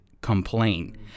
complain